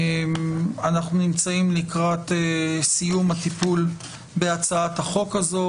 אנחנו נמצאים לקראת הסיום בטיפול בהצעת החוק הזו.